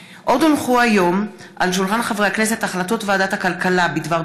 בנושא: אלימות כלפי מורים במערכת החינוך.